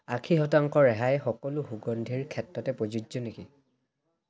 আশী শতাংশ ৰেহাই সকলো সুগন্ধিৰ ক্ষেত্ৰতে প্ৰযোজ্য নেকি